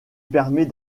permet